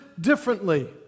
differently